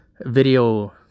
video